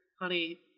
honey